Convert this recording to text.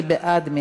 מי בעד?